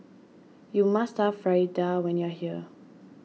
you must try Fritada when you are here